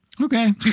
Okay